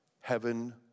heaven